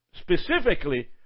specifically